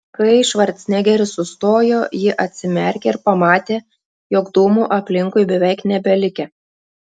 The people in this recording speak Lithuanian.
kai švarcnegeris sustojo ji atsimerkė ir pamatė jog dūmų aplinkui beveik nebelikę